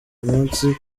umunsi